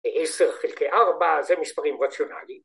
עשר חלקי ארבע זה מספרים רציונליים